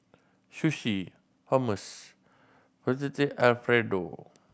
Sushi Hummus Fettuccine Alfredo